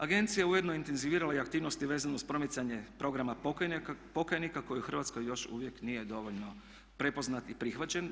Agencija je ujedno intenzivirala i aktivnosti vezano uz promicanje programa pokajnika koji u Hrvatskoj još uvijek nije dovoljno prepoznat i prihvaćen.